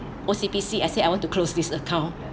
O_C_B_C I say I want to close this account